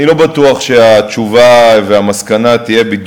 אני לא בטוח שהתשובה והמסקנה יהיו זהות